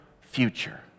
future